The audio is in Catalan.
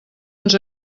ens